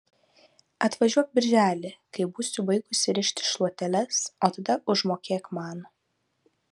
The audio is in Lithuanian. atvažiuok birželį kai būsiu baigusi rišti šluoteles o tada užmokėk man